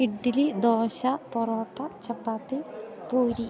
idli dosa parotta chapati puri